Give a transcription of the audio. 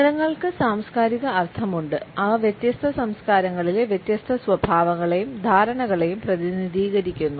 നിറങ്ങൾക്ക് സാംസ്കാരിക അർത്ഥമുണ്ട് അവ വ്യത്യസ്ത സംസ്കാരങ്ങളിലെ വ്യത്യസ്ത സ്വഭാവങ്ങളെയും ധാരണകളെയും പ്രതിനിധീകരിക്കുന്നു